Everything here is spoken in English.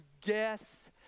guess